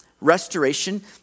restoration